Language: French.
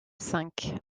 cinq